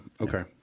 Okay